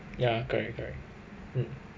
ya correct correct mm